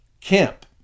camp